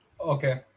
Okay